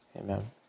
Amen